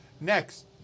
Next